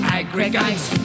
Aggregates